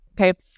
Okay